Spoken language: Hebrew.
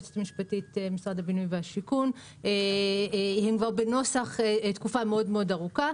הן כבר בנוסח תקופה מאוד ארוכה.